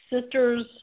sisters